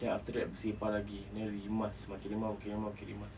then after that bersepah lagi then rimas makin lama makin lama makin rimas